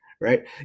right